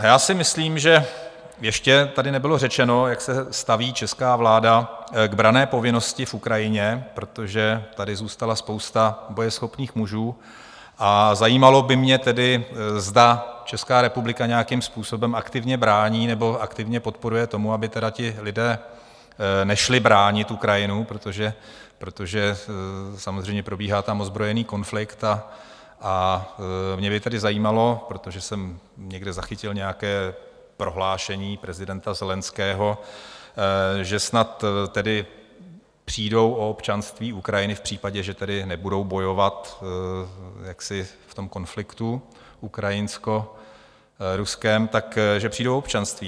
Já si myslím, že ještě tady nebylo řečeno, jak se staví česká vláda k branné povinnosti na Ukrajině, protože tady zůstala spousta bojeschopných mužů, a zajímalo by mě tedy, zda Česká republika nějakým způsobem aktivně brání nebo aktivně podporuje to, aby ti lidé nešli bránit Ukrajinu, protože samozřejmě probíhá tam ozbrojený konflikt, a mě by zajímalo, protože jsem někde zachytil nějaké prohlášení prezidenta Zelenského, že snad přijdou o občanství Ukrajiny v případě, že nebudou bojovat v konfliktu ukrajinskoruském, že přijdou o občanství.